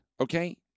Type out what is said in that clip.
Okay